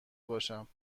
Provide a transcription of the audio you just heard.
باشم